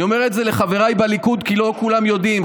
אני אומר את זה לחבריי בליכוד, כי לא כולם יודעים.